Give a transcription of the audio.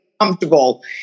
comfortable